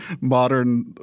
modern